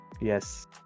Yes